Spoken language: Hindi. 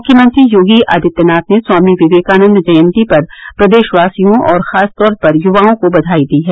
मुख्यमंत्री योगी आदित्यनाथ ने स्वामी विवेकानन्द जयन्ती पर प्रदेशवासियों और खासतौर पर युवाओं को बघाई दी है